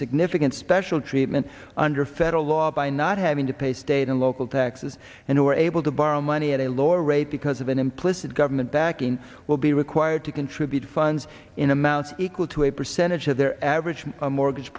significant special treatment under federal law by not having to pay state and local taxes and were able to borrow money at a lower rate because of an implicit government backing will be required to contribute funds in amounts equal to a percentage of their average mortgage